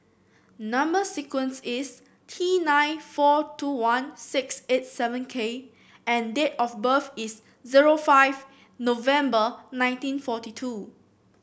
number sequence is T nine four two one six eight seven K and date of birth is zero five November nineteen forty two